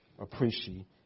appreciate